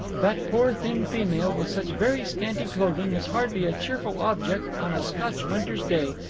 that poor thin female with such very scanty clothing is hardly a cheerful object on a scotch winter's day,